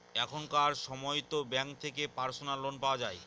এখনকার সময়তো ব্যাঙ্ক থেকে পার্সোনাল লোন পাওয়া যায়